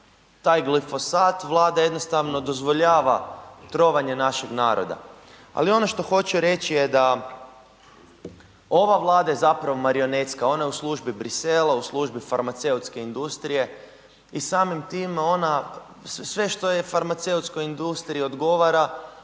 taj glifosat, Vlada jednostavno dozvoljava trovanje našeg naroda ali ono što hoću reći je da ova Vlada je zapravo marionetska, ona je u službi Bruxellesa, u službi farmaceutske industrije i samim time ona sve što farmaceutskoj industriji odgovara,